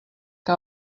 que